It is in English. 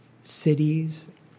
cities